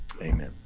amen